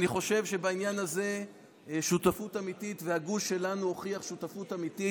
אני חושב שבעניין הזה הגוש שלנו הוכיח שותפות אמיתית.